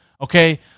okay